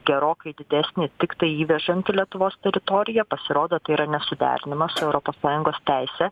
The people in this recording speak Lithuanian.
gerokai didesnį tiktai įvežant į lietuvos teritoriją pasirodo yra nesuderinama su europos sąjungos teise